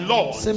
Lord